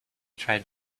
tried